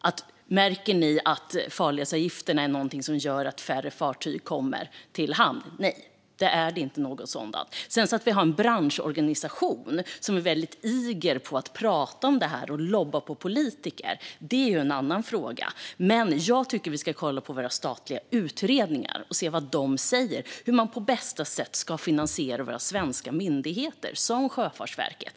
Man kan fråga: Märker ni att farledsavgifterna gör att färre fartyg kommer till hamn? Nej, något sådant är inte fallet, blir svaret. Att vi sedan har en branschorganisation som är väldigt "eager" på att prata om det här och lobba på politiker är en annan fråga. Jag tycker att vi ska kolla på våra statliga utredningar och se vad de säger om hur man på bästa sätt kan finansiera våra svenska myndigheter, såsom Sjöfartsverket.